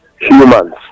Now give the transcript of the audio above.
humans